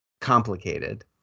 complicated